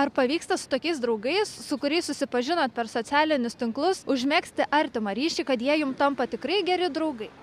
ar pavyksta su tokiais draugais su kuriais susipažinot per socialinius tinklus užmegzti artimą ryšį kad jie jum tampa tikrai geri draugai